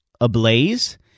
ablaze